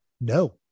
No